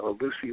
Lucy